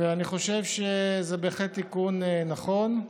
ואני חושב שזה בהחלט תיקון נכון.